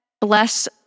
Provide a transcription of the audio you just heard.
bless